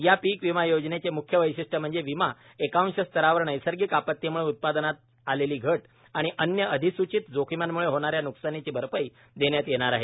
यापीक विमा योजनेचे म्ख्य वैशिष्टये म्हणजे विमा एकांश स्तरावर नैसर्गिक आपत्तीम्ळे उत्पादनात आलेली घट आणि अन्य अधिस्चित जोखिमांम्ळे होणाऱ्या न्कसानाची भरपाई देण्यात येणार आहे